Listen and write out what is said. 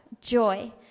joy